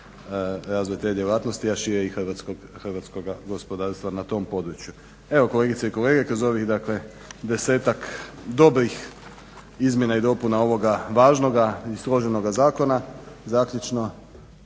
razvoj te djelatnosti, a šire i hrvatskoga gospodarstva na tom području. Evo kolegice i kolege, kroz ovih dakle desetak dobrih izmjena i dopuna ovoga važnoga i složenoga zakona zaključno